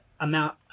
amount